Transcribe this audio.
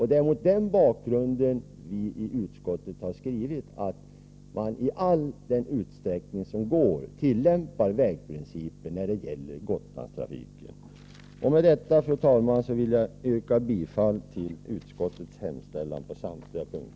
Det är mot den bakgrunden vi i utskottsbetänkandet har skrivit att man i all den utsträckning det är möjligt skall tillämpa vägprincipen när det gäller Gotlandstrafiken. Med det anförda, fru talman, vill jag yrka bifall till utskottets hemställan på samtliga punkter.